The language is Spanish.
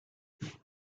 tres